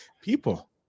people